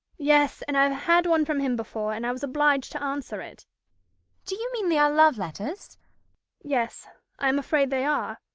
yes, and i've had one from him before, and i was obliged to answer it do you mean they are love-letters yes, i'm afraid they are.